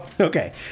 Okay